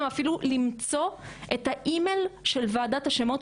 אפילו למצוא את האימייל של ועדת השמות,